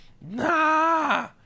nah